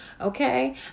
okay